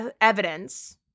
evidence